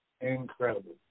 Incredible